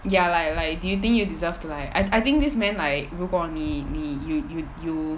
ya like like do you think you deserve to like I I think this meant like 如果你你 you you you